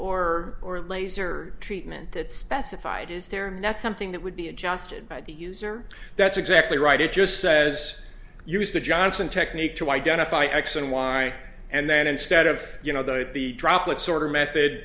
or or laser treatment that specified is there not something that would be adjusted by the user that's exactly right it just says use the johnson technique to identify x and y and then instead of you know that the droplets order method